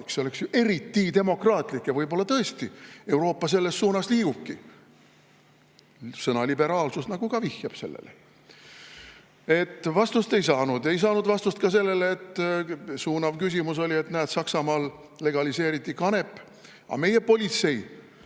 See oleks ju eriti demokraatlik ja võib-olla tõesti Euroopa selles suunas liigubki. Sõna "liberaalsus" nagu ka vihjab sellele. Vastust ei saanud. Ei saanud vastust ka suunavale küsimusele selle kohta, et näed, Saksamaal legaliseeriti kanep. Aga meie politsei